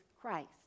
Christ